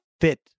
fit